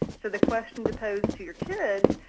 so the question to pose to your kids,